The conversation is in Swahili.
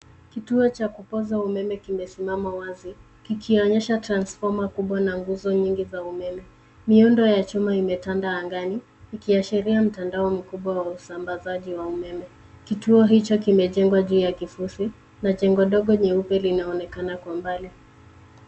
Kituo cha kupoza umeme kimesimama wazi, kikionyesha transfoma kubwa na nguzo nyingi za umeme. Miundo ya chuma imetanda angani, ikiashiria mtandao mkubwa wa usambazaji wa umeme. Kituo hicho kimejengwa juu ya kifusi na jengo dogo jeupe linaonekana kwa mbali.